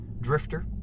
Drifter